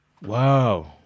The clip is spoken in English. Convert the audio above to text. Wow